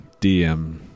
DM